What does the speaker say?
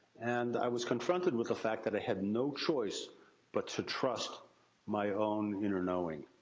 and, i was confronted with the fact, that i had no choice but to trust my own inner knowing.